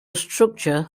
structure